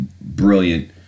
brilliant